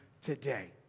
today